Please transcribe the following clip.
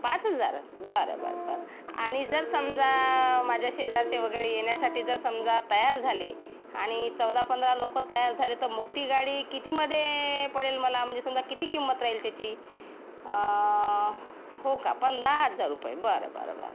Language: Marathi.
पाच हजार बरं बरं बरं आणि जर समजा माझ्या शेजारचे वगैरे येण्यासाठी जर समजा तयार झाले आणि चौदापंधरा लोकं तयार झाले त मोठी गाडी कितीमधे पडेल मला म्हणजे समजा किती किंमत राहील त्याची हो का पण दहा हजार रुपये बरं बरं बरं